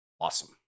awesome